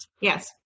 Yes